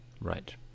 Right